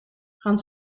gaan